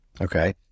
Okay